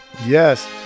yes